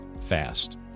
fast